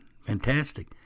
Fantastic